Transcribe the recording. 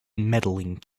medaling